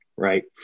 Right